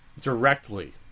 directly